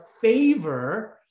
favor